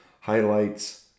highlights